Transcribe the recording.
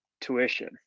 tuition